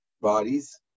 bodies